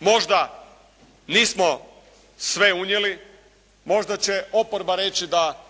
Možda nismo sve unijeli, možda će oporba reći da